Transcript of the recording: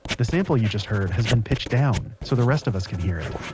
the sample you just heard has been pitched down so the rest of us can hear it